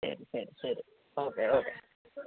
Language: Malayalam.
ശരി ശരി ശരി ഓക്കെ ഓക്കെ